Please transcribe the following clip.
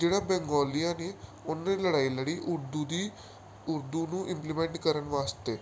ਜਿਹੜਾ ਬੰਗੋਲੀਆਂ ਨੇ ਉਹਨਾਂ ਨੇ ਲੜਾਈ ਲੜੀ ਉਰਦੂ ਦੀ ਉਰਦੂ ਨੂੰ ਇੰਪਲੀਮੈਂਟ ਕਰਨ ਵਾਸਤੇ